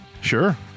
Sure